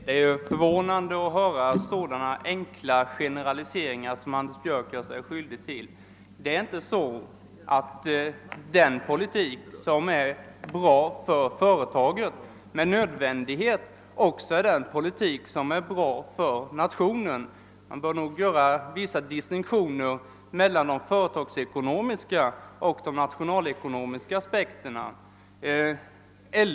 Det är förvånande att vi skall få höra sådana enkla generaliseringar som Anders Björck här gör sig skyldig till. Den politik som är bra för företaget är inte med nödvändighet också bra för nationen — man bör nog göra vissa distinktioner mellan de företagsekonomiska och de nationalekonomiska aspekterna.